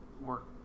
work